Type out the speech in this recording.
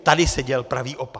Tady se děl pravý opak!